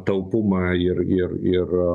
taupumą ir ir ir